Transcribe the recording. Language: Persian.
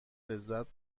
لذت